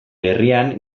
herrian